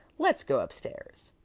let's go up-stairs,